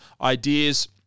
ideas